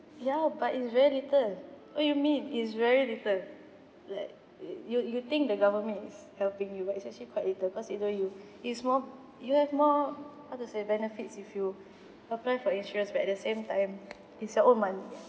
ya but it's very little what you mean is very little like you you think the government is helping you but it's actually quite little cause either you it's more you have more how to say benefits if you apply for insurance but at the same time is your own money ah